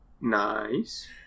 Nice